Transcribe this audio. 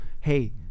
hey